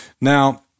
Now